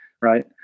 right